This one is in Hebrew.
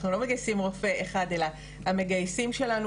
אנחנו לא מגייס רופא אחד אלא המגייסים שלנו